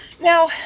now